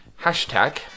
Hashtag